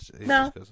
No